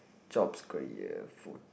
jobs career food